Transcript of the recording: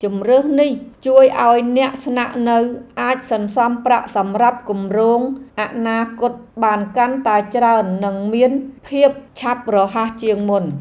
ជម្រើសនេះជួយឱ្យអ្នកស្នាក់នៅអាចសន្សំប្រាក់សម្រាប់គម្រោងអនាគតបានកាន់តែច្រើននិងមានភាពឆាប់រហ័សជាងមុន។